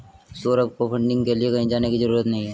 सौरभ को फंडिंग के लिए कहीं जाने की जरूरत नहीं है